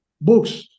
books